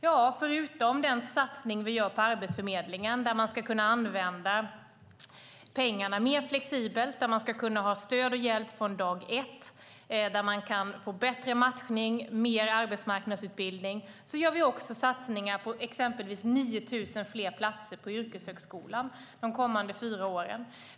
Ja, förutom den satsning vi gör på Arbetsförmedlingen, där pengarna ska användas mer flexibelt, stöd och hjälp från dag ett, bättre matchning, mer arbetsmarknadsutbildning, gör vi också satsningar på exempelvis 9 000 fler platser på yrkeshögskolan de kommande fyra åren.